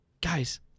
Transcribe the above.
Guys